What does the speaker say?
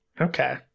Okay